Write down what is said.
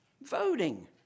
voting